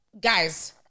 guys